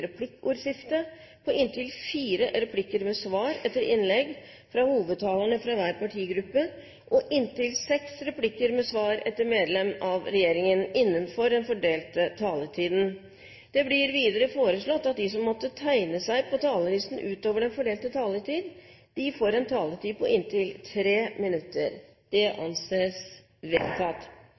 replikkordskifte på inntil fire replikker med svar etter innlegg fra hovedtalerne fra hver partigruppe og inntil seks replikker med svar etter medlem av regjeringen innenfor den fordelte taletid. Videre blir det foreslått at de som måtte tegne seg på talerlisten utover den fordelte taletid, får en taletid på inntil 3 minutter – Det anses vedtatt.